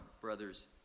brothers